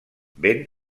ben